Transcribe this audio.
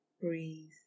Breathe